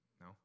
No